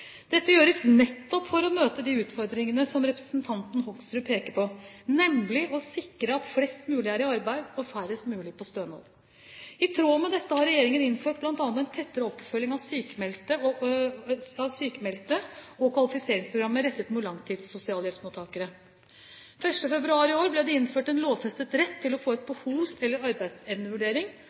Dette gjøres nettopp for å møte de utfordringene som representanten Hoksrud peker på – nemlig å sikre at flest mulig er i arbeid og færrest mulig på stønad. I tråd med dette har regjeringen innført bl.a. en tettere oppfølging av sykmeldte og kvalifiseringsprogrammet rettet mot langtidssosialhjelpsmottakere. Den 1. februar i år ble det innført en lovfestet rett til å få en behovs- eller arbeidsevnevurdering,